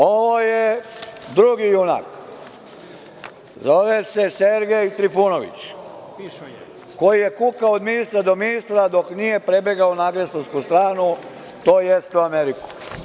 Ovo je drugi junak, zove se Sergej Trifunović, koji je kukao od ministra do ministra dok nije prebegao na agresorsku stranu, tj. u Ameriku.